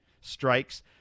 strikes